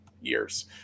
years